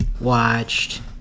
watched